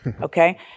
okay